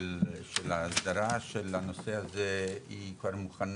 ההסדרה של הנושא הזה מוכנה,